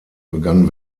begann